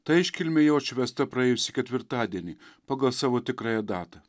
ta iškilmė jau atšvęsta praėjusį ketvirtadienį pagal savo tikrąją datą